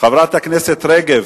חברת הכנסת רגב,